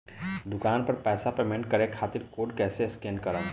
दूकान पर पैसा पेमेंट करे खातिर कोड कैसे स्कैन करेम?